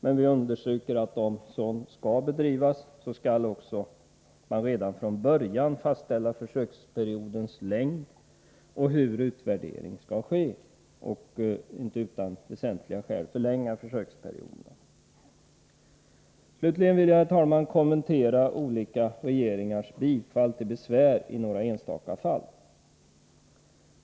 Men vi understryker att om sådan verksamhet skall bedrivas, skall man redan från början fastställa försöksperiodens längd och hur en utvärdering skall ske — och inte utan väsentliga skäl förlänga perioderna. Slutligen vill jag, herr talman, kommentera olika regeringars bifall till besvär i några enstaka fall.